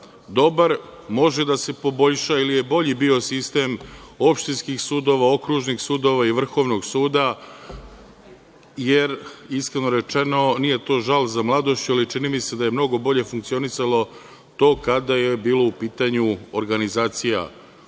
dobar, može da se poboljša ili je bolji bio sistem opštinskih sudova, okružnih sudova i Vrhovnog suda jer, iskreno rečeno, nije to žal za mladošću, ali čini mi se da je mnogo bolje funkcionisalo to kada je bila u pitanju organizacija